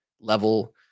level